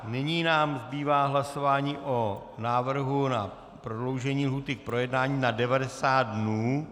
Nyní nám zbývá hlasování o návrhu na prodloužení lhůty k projednání na 90 dnů.